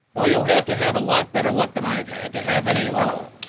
well, you'll have to have a lot better luck than i've had, to have any at all.